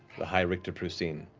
the high-richter prucine.